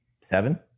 seven